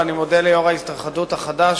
ואני מודה ליושב-ראש ההתאחדות החדש,